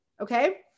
Okay